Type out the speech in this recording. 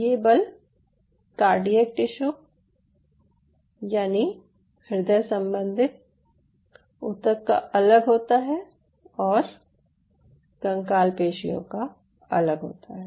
ये बल cardiac tissue यानि हृदय सम्बन्धी ऊतक का अलग होता है और कंकाल पेशियों का अलग होता है